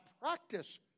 practice